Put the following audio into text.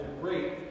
great